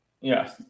Yes